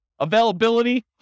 Availability